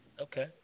Okay